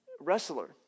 wrestler